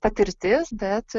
patirtis bet